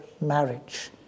marriage